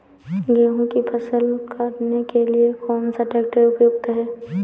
गेहूँ की फसल काटने के लिए कौन सा ट्रैक्टर उपयुक्त है?